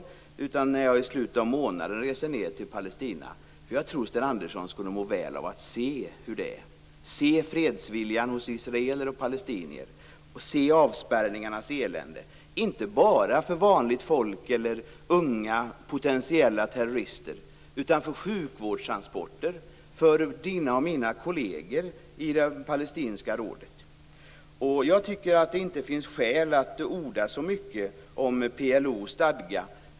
Jag inbjuder honom att följa med när jag i slutet av månaden reser ned till Palestina. Jag tror att Sten Andersson skulle må väl av att se hur det är, se fredsviljan hos israeler och palestinier och se avspärrningarnas elände. De gäller inte bara vanligt folk eller unga potentiella terrorister utan också sjukvårdstransporter och våra kolleger i det palestinska rådet. Jag tycker inte att det finns skäl att orda så mycket om PLO:s stadga.